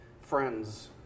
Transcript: friends